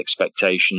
expectations